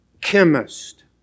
chemist